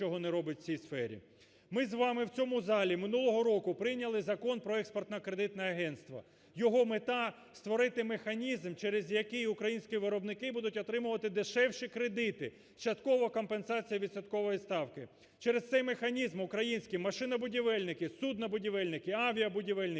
Ми з вами в цьому залі минулого року прийняли Закон про Експертно-кредитне агентство, його мета – створити механізм через, який українські виробники будуть отримувати дешевші кредити з частковою компенсацією відсоткової ставки. Через цей механізм український машинобудівельники, суднобудівельники, авіабудівельники,